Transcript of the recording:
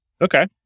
Okay